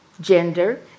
gender